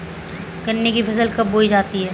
गन्ने की फसल कब बोई जाती है?